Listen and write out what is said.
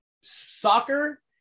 soccer